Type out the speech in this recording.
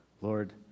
Lord